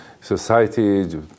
society